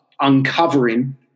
uncovering